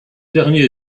dernier